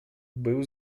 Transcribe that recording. byl